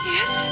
Yes